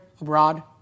abroad